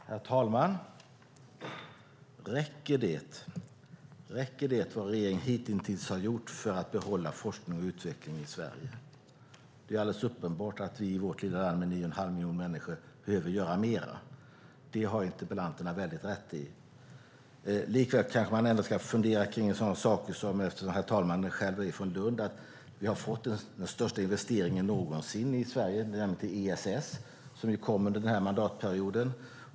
Herr talman! Räcker det? Räcker vad regeringen hittills har gjort för att behålla forskning och utveckling i Sverige? Det är alldeles uppenbart att vi i vårt lilla land med nio och en halv miljon människor behöver göra mer. Det har interpellanterna helt rätt i. Likväl ska man fundera över en del saker. Jag är själv från Lund. Där har vi fått den största investeringen någonsin i Sverige, nämligen ESS, som kom under den här mandatperioden.